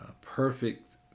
perfect